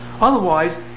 Otherwise